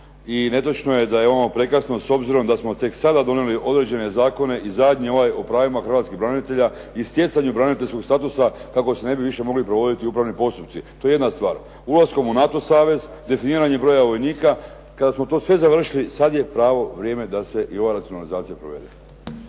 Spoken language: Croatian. i netočno je da je ono prekasno s obzirom da smo tek sada donijeli određene zakone i zadnji ovaj o pravima hrvatskih branitelja i stjecanju braniteljskog statusa, kako se ne bi više mogli provoditi upravni postupci. To je jedna stvar. Ulaskom u NATO savez, definiranje broja vojnika. Kad smo to sve završili sad je pravo vrijeme da se i ova racionalizacija provede.